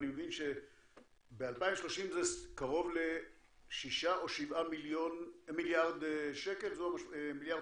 אני מבין שב-2030 זה קרוב לשישה או שבעה מיליארד דולר?